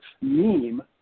meme